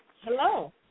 hello